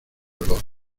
olor